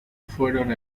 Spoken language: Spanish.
fueron